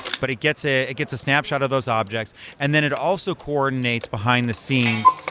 but it gets ah it gets a snapshot of those objects and then it also coordinates behind-the scenes,